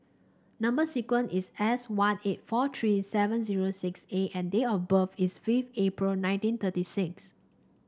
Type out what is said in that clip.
number sequence is S one eight four three seven zero six A and date of birth is fifth April nineteen thirty six